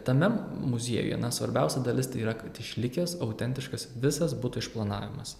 tame muziejuje na svarbiausia dalis tai yra kad išlikęs autentiškas visas buto išplanavimas